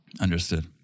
Understood